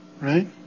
right